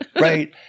right